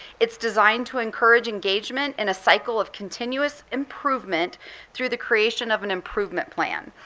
it's designed to encourage engagement in a cycle of continuous improvement through the creation of an improvement plan.